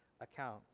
account